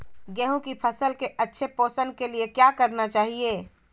गेंहू की फसल के अच्छे पोषण के लिए क्या करना चाहिए?